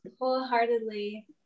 wholeheartedly